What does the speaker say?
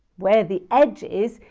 where the edge is,